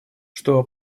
что